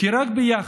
כי רק ביחד,